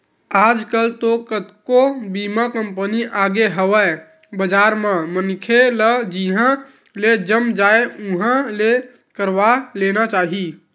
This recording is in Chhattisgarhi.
आजकल तो कतको बीमा कंपनी आगे हवय बजार म मनखे ल जिहाँ ले जम जाय उहाँ ले करवा लेना चाही